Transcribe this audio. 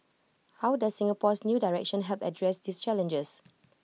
how does Singapore's new direction help address these challenges